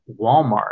walmart